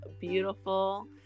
beautiful